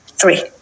three